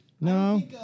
No